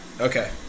Okay